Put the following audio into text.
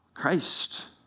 Christ